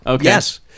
Yes